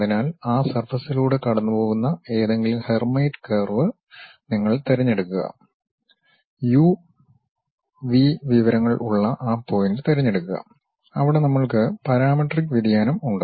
അതിനാൽ ആ സർഫസിലൂടെ കടന്നുപോകുന്ന ഏതെങ്കിലും ഹെർമൈറ്റ് കർവ് നിങ്ങൾ തിരഞ്ഞെടുക്കുക യു വി വിവരങ്ങൾ ഉള്ള ആ പോയിൻ്റ് തിരഞ്ഞെടുക്കുക അവിടെ നമ്മൾക്ക് പാരാമെട്രിക് വ്യതിയാനം ഉണ്ട്